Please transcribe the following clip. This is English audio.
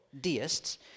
deists